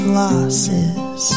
losses